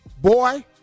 Boy